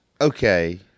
Okay